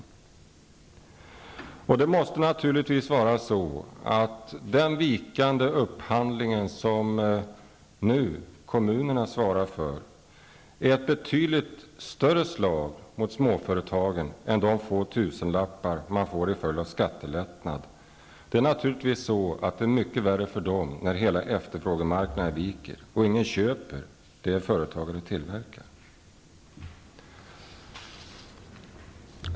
Självfallet måste det vara så, att den vikande upphandlingen från kommunernas sida nu innebär ett betydligt större slag mot småföretagen än de få tusenlappar innebär som man får i form av skattelättnad. Naturligtvis blir det mycket värre för dem när hela efterfrågemarknaden viker och ingen köper de produkter som företagen tillverkar.